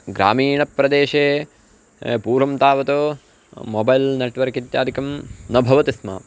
ग्रामीणप्रदेशे पूर्वं तावत् मोबैल् नेट्वर्क् इत्यादिकं न भवति स्म